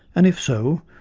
and if so,